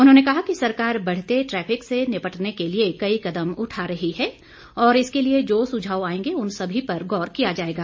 उन्होंने कहा कि सरकार बढ़ते ट्रैफिक से निपटने के लिए कई कदम उठा रही है और इसके लिए जो सुझाव आएंगे उन सभी पर गौर किया जाएगा